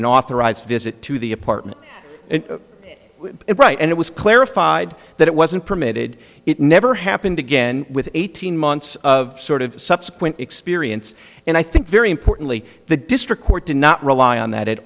an authorized visit to the apartment and it right and it was clarified that it wasn't permitted it never happened again with eighteen months of sort of subsequent experience and i think very importantly the district court did not rely on that at